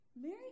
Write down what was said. Mary